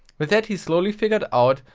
with that he slowly figured out,